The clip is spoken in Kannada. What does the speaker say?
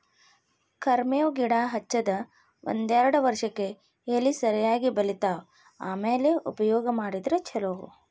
ಕರ್ಮೇವ್ ಗಿಡಾ ಹಚ್ಚದ ಒಂದ್ಯಾರ್ಡ್ ವರ್ಷಕ್ಕೆ ಎಲಿ ಸರಿಯಾಗಿ ಬಲಿತಾವ ಆಮ್ಯಾಲ ಉಪಯೋಗ ಮಾಡಿದ್ರ ಛಲೋ